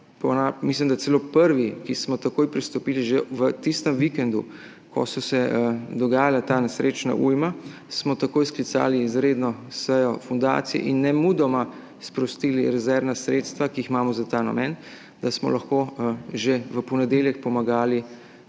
mislim, da celo prvi, ki smo takoj pristopili, že v tistem vikendu, ko se je dogajala ta nesrečna ujma, smo takoj sklicali izredno sejo fundacije in nemudoma sprostili rezervna sredstva, ki jih imamo za ta namen, da smo lahko že v ponedeljek pomagali